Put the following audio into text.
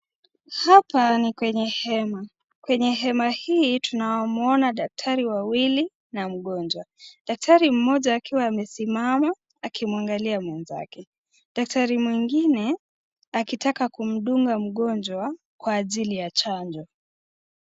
Hapa ni kwenye hema. Kwenye hema hii tunamuona daktari wawili na mgonjwa. Daktari mmoja akiwa amesimama akimwangalia mwenzake. Daktari mwingine akitaka kumdunga mgonjwa kwa ajili ya chanjo.